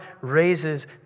raises